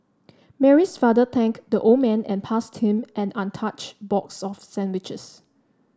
Mary's father thanked the old man and passed him an untouched box of sandwiches